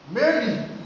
Mary